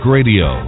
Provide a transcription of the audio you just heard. Radio